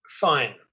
fine